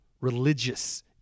religious